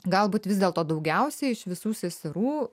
galbūt vis dėlto daugiausia iš visų seserų